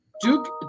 Duke